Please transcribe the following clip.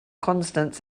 constants